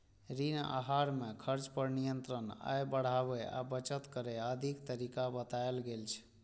ऋण आहार मे खर्च पर नियंत्रण, आय बढ़ाबै आ बचत करै आदिक तरीका बतायल गेल छै